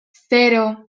zero